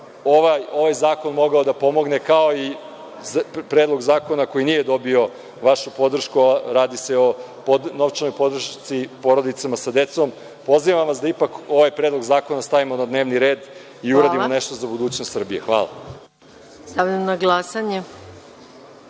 ovaj zakon mogao da pomogne, kao i Predlog zakona koji nije dobio vašu podršku, a radi se o novčanoj podršci porodicama sa decom. Pozivam vas da ipak ovaj Predlog zakona stavimo na dnevni red i uradimo nešto za budućnost Srbije. Hvala. **Maja